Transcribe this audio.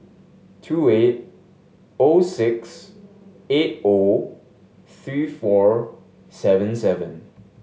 two eight O six eight O three four seven seven